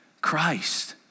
Christ